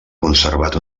conservat